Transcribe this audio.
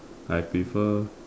I prefer